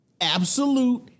absolute